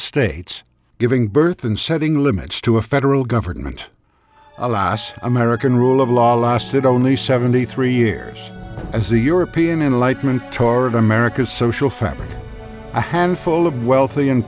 states giving birth and setting limits to a federal government a last american rule of law lasted only seventy three years as the european enlightenment toward america social fabric a handful of wealthy and